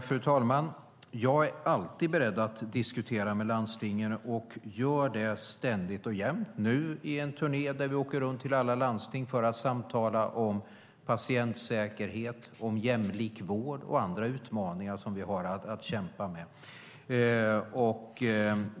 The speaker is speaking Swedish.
Fru talman! Jag är alltid beredd att diskutera med landstingen och gör det också ständigt och jämt. Nu åker vi runt på turné till alla landstingen för att samtala om patientsäkerhet, jämlik vård och andra utmaningar som vi har att kämpa med.